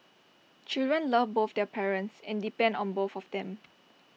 children love both their parents and depend on both of them